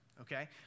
okay